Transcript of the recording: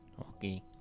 Okay